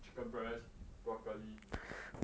chicken breast broccoli